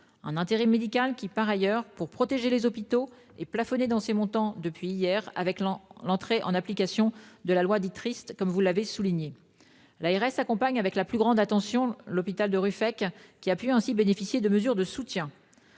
Cet intérim médical, par ailleurs, pour protéger les hôpitaux, est plafonné dans ses montants depuis hier, date d'entrée en application de la loi Rist- vous l'avez souligné. L'ARS accompagne avec la plus grande attention l'hôpital de Ruffec, qui a ainsi pu bénéficier de mesures de soutien